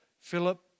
Philip